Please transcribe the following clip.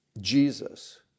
Jesus